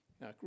Now